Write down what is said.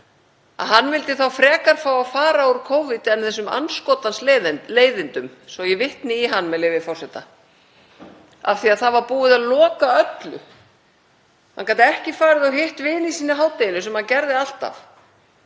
að hann vildi þó frekar fá að fara úr Covid en þessum andskotans leiðindum, svo að ég vitni í hann, af því að það var búið að loka öllu. Hann gat ekki farið og hitt vini sína í hádeginu, sem hann gerði alltaf,